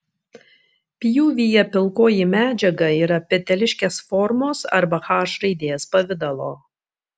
pjūvyje pilkoji medžiaga yra peteliškės formos arba h raidės pavidalo